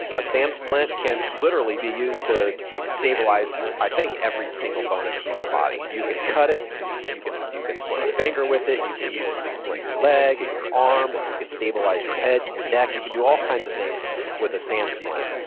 a sam splint can literally be used to stabilize i think every single bone in the human body. you can cut it and you can you can splint a finger with it. you can use it to splint your leg and your arm, and you could stabilize your head and your neck. you can do all kinds of things with a sam splint.